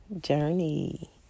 journey